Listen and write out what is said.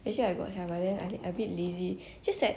actually I got sia but then I a bit lazy just that